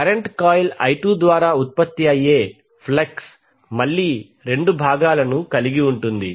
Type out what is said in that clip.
current coil i2 ద్వారా ఉత్పత్తి అయ్యే ఫ్లక్స్ 2 మళ్ళీ 2 భాగాలను కలిగి ఉంటుంది